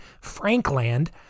Frankland